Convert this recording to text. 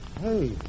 Hey